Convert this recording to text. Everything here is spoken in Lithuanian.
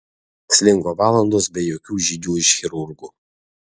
slinko valandos be jokių žinių iš chirurgų